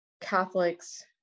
Catholics